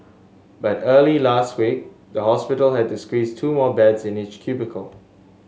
but early last week the hospital had to squeeze two more beds in each cubicle